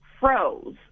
froze